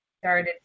started